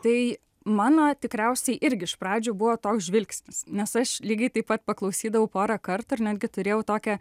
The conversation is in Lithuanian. tai mano tikriausiai irgi iš pradžių buvo toks žvilgsnis nes aš lygiai taip pat paklausydavau porąkart ir netgi turėjau tokią